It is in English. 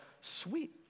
sweet